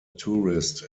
tourist